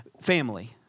family